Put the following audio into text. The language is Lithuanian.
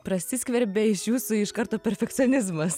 prasiskverbė iš jūsų iš karto perfekcionizmas